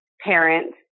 parent